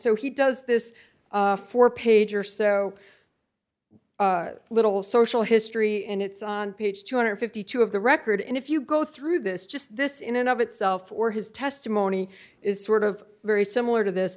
so he does this four page or so little social history and it's on page two hundred and fifty two dollars of the record and if you go through this just this in and of itself for his testimony is sort of very similar to this